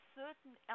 certain